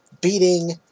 beating